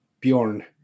Bjorn